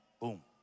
Boom